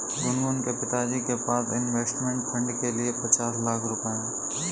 गुनगुन के पिताजी के पास इंवेस्टमेंट फ़ंड के लिए पचास लाख रुपए है